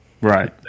right